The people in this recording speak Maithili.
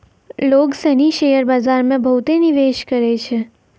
लोग सनी शेयर बाजार मे बहुते निवेश करै छै